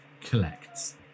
collects